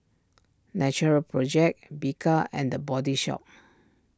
Natural Project Bika and the Body Shop